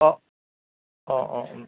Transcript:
অঁ অঁ অঁ